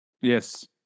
Yes